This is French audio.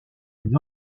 les